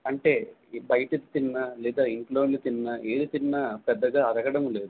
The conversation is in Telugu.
అంటే ఈ బయటది తిన్నా లేదా ఇంట్లోనిది తిన్నా ఏది తిన్నాపెద్దగా అరగడం లేదు